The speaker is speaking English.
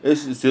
ya